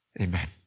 Amen